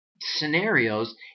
scenarios